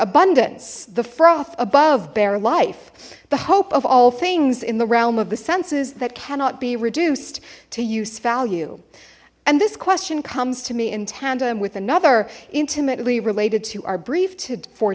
abundance the froth above there life the hope of all things in the realm of the senses that cannot be reduced to use value and this question comes to me in tandem with another intimately related to our brief